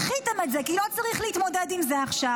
דחיתם את זה כי לא צריך להתמודד עם זה עכשיו,